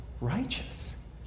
righteous